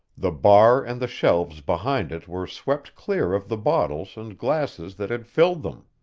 the bar and the shelves behind it were swept clear of the bottles and glasses that had filled them.